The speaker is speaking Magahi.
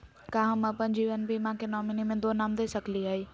का हम अप्पन जीवन बीमा के नॉमिनी में दो नाम दे सकली हई?